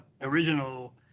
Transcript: original